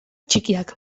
txikiak